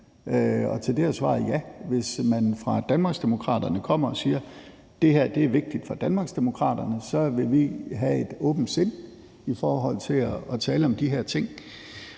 og til det er svaret ja. Hvis man fra Danmarksdemokraternes side kommer og siger, at det her er vigtigt for Danmarksdemokraterne, så vil vi have et åbent sind i forhold til at tale om de her ting.